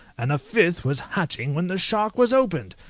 and a fifth was hatching when the shark was opened!